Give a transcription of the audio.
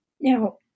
Now